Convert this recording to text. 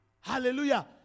Hallelujah